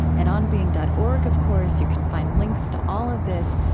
at onbeing dot org, of course, you can find links to all of this,